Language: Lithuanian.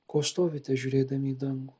ko stovite žiūrėdami į dangų